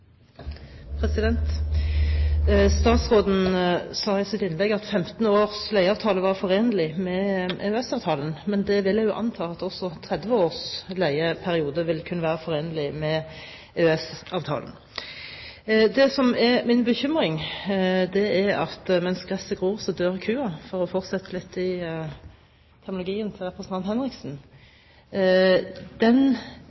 det. Statsråden sa i sitt innlegg at 15-års leieavtale var forenlig med EØS-avtalen, men jeg vil anta at også 30-års leieperiode vil kunne være forenlig med EØS-avtalen. Det som er min bekymring, er at mens gresset gror, så dør kua – for å fortsette litt i terminologien til